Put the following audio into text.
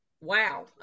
wow